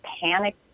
panic